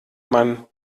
man